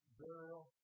burial